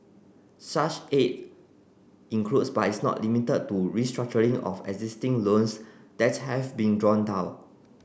such aid includes but is not limited to restructuring of existing loans that have been drawn down